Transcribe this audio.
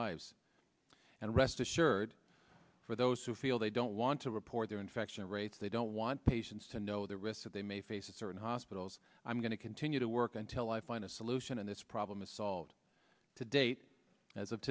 lives and rest assured for those who feel they don't want to report their infection rates they don't want patients to know the risk that they may face or in hospitals i'm going to continue to work until i find a solution and this problem is solved to date as of